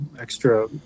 extra